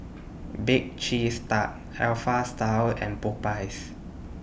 Bake Cheese Tart Alpha Style and Popeyes